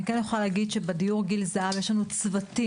אני יכולה לומר שבדיור גיל הזהב יש לנו צוותים